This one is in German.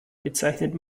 bezeichnet